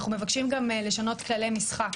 אנחנו מבקשים גם לשנות כללי משחק,